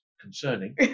concerning